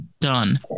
done